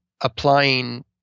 applying